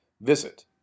Visit